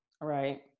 Right